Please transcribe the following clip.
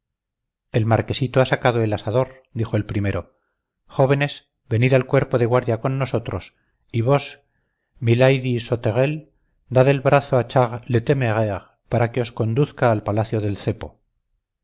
el marquesito ha sacado el asador dijo el primero jóvenes venid al cuerpo de guardia con nosotros y vos milady sauterelle dad el brazo a charles le téméraire para que os conduzca al palacio del cepo